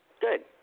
Good